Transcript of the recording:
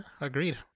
agreed